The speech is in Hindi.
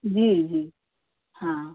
जी जी हाँ